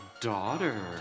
daughter